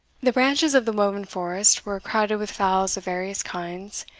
the branches of the woven forest were crowded with fowls of various kinds,